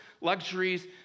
luxuries